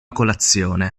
colazione